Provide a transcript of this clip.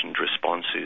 responses